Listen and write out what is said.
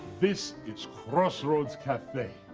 this is crossroads cafe,